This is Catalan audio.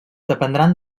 dependran